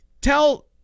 tell